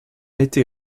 été